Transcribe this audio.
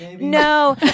no